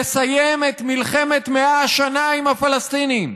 לסיים את מלחמת 100 השנה עם הפלסטינים.